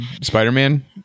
Spider-Man